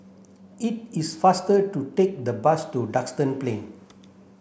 it is faster to take the bus to Duxton Plain